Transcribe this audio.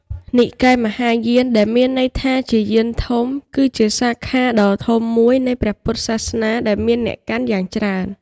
និកាយមហាយាន ដែលមានន័យថា "យានធំ" គឺជាសាខាដ៏ធំមួយនៃព្រះពុទ្ធសាសនាដែលមានអ្នកកាន់យ៉ាងច្រើន។